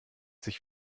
sich